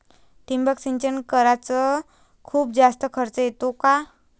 ठिबक सिंचन कराच खूप जास्त खर्च येतो का?